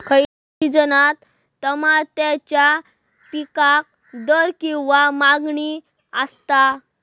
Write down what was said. खयच्या सिजनात तमात्याच्या पीकाक दर किंवा मागणी आसता?